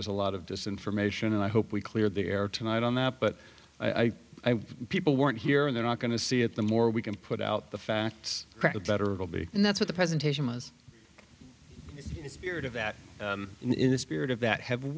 there's a lot of this information and i hope we clear the air tonight on that but i think people weren't here and they're not going to see it the more we can put out the facts credit better it will be and that's what the presentation was the spirit of that in the spirit of that have